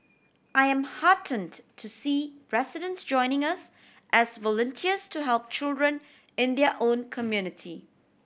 I am heartened to see residents joining us as volunteers to help children in their own community